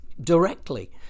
directly